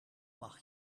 mag